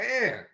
Man